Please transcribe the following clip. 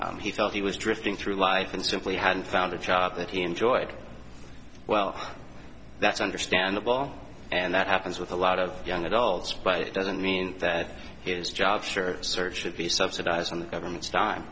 felt he was drifting through life and simply had found a job that he enjoyed well that's understandable and that happens with a lot of young adults but it doesn't mean that his job sure search should be subsidized on the government's dime